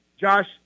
Josh